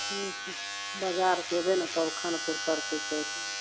ठीक हय बजार जेबै ने तब खानपुर पड़तै जाइ टाइममे